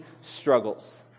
struggles